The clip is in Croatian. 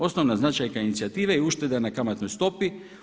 Osnovna značajka inicijative je ušteda na kamatnoj stopi.